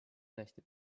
tõesti